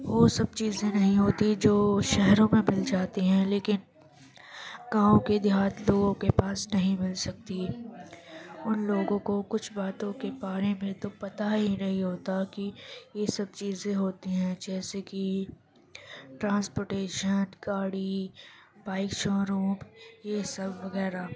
وہ سب چیزیں نہیں ہوتی جو شہروں میں مل جاتی ہیں لیکن گاؤں کے دیہات لوگوں کے پاس نہیں مل سکتی ان لوگوں کو کچھ باتوں کے بارے میں تو پتا ہی نہیں ہوتا کہ یہ سب چیزیں ہوتی ہیں جیسے کہ ٹرانسپوٹیشن گاڑی بائک شو روم یہ سب وغیرہ